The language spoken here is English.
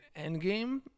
Endgame